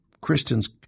Christians